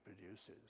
produces